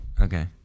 Okay